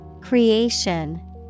Creation